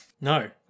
No